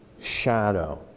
shadow